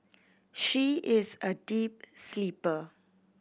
she is a deep sleeper